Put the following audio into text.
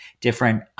different